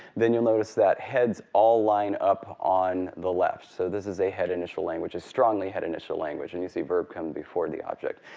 then you'll notice that heads all line up on the left, so this is a head initial language, a strongly head initial language, and you'll see but comes before the object.